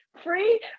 Free